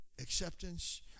acceptance